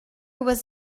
was